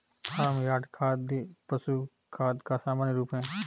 farm yard खाद पशु खाद का सामान्य रूप है